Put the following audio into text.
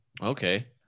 okay